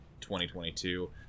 2022